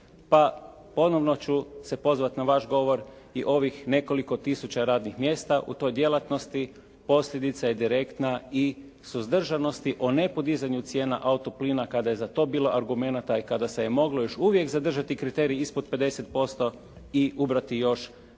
pa ponovno ću se pozvati na vaš govor i ovih nekoliko tisuća radnih mjesta u toj djelatnosti posljedica je direktna i suzdržanosti o nepodizanju cijena auto plina kada je za to bilo argumenata i kada se je moglo još uvijek zadržati kriterij ispod 50% i ubrati još nekoliko